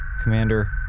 Commander